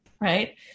right